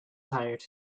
tired